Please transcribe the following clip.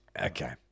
Okay